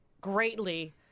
greatly